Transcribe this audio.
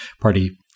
party